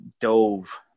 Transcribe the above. dove